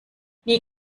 nie